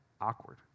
awkward